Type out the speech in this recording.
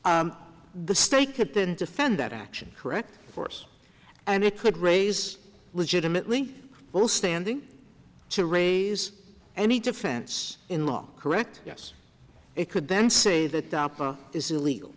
the stake it then defend that action correct force and it could raise legitimately while standing to raise any defense in law correct yes it could then say that is illegal